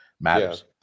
matters